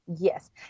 Yes